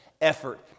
effort